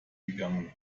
gegangen